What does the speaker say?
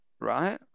right